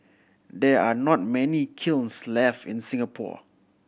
there are not many kilns left in Singapore